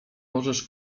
możesz